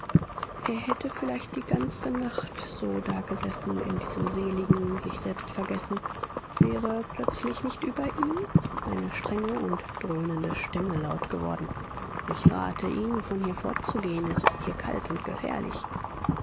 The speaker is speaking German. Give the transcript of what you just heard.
er hätte vielleicht die ganze nacht so dagesessen in diesem seligen sichselbstvergessen wäre plötzlich nicht über ihm eine strenge und dröhnende stimme laut geworden ich rate ihnen von hier fortzugehen es ist hier kalt und gefährlich